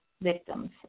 victims